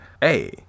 Hey